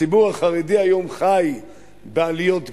הציבור החרדי היום חי בעליות-גג,